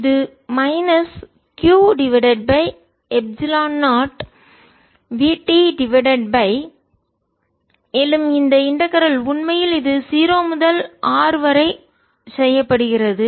இது minus q divided by epsilon 0 vt divided by மேலும் இந்த இன்டகரல் ஒருங்கிணைப்பு உண்மையில் இது 0 முதல் R வரை செய்யப்படுகிறது